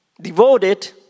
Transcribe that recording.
devoted